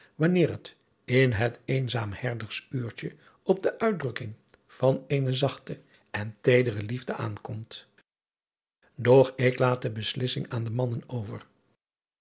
wanneer het in het eenzaam herdersuurtje op de uitdrukking van eene zachte en teedere liefde aankomt doch ik laat de beslissing aan de mannen over